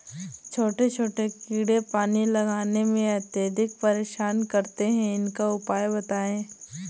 छोटे छोटे कीड़े पानी लगाने में अत्याधिक परेशान करते हैं इनका उपाय बताएं?